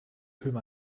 whom